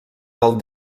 del